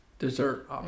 Dessert